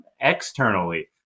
externally